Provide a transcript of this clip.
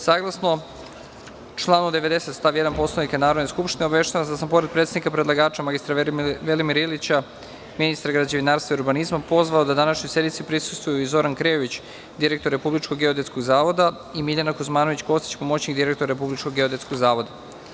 Saglasno članu 90. stav 1. Poslovnika Narodne skupštine, obaveštavam vas da sam, pored predstavnika predlagača mr Velimira Ilića, ministra građevinarstva i urbanizma, pozvao da današnjoj sednici prisustvuju i Zoran Krejović, direktor Republičkog geodetskog zavoda i Miljana Kuzmanović Kostić, pomoćnik direktora Republičkog geodetskog zavoda.